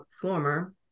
former